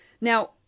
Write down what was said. now